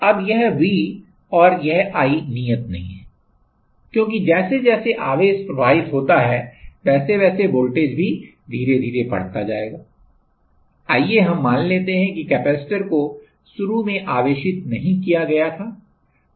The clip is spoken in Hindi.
अब यह V और यह i नियत नहीं है क्योंकि जैसे जैसे आवेश प्रवाहित होगा वैसे वैसे वोल्टेज भी धीरे धीरे बढ़ता जाएगा आइए हम मान लेते हैं कि कैपेसिटर को शुरू में आवेशित नहीं किया गया था